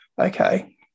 okay